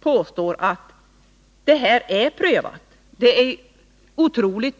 påstod att det här projektet redan har prövats.